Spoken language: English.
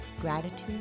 Gratitude